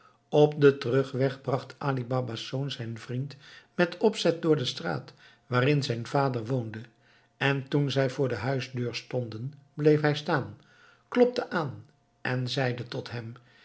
op den terugweg bracht ali baba's zoon zijn vriend met opzet door de straat waarin zijn vader woonde en toen zij voor de huisdeur stonden bleef hij staan klopte aan en zeide tot hem